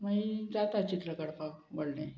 मागीर जाता चित्र काडपाक व्हडलें